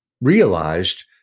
realized